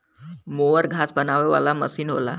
mower घास बनावे वाला मसीन होला